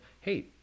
Hey